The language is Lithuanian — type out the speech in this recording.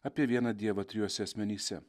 apie vieną dievą trijuose asmenyse